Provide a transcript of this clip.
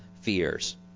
fears